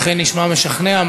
אכן נשמע משכנע.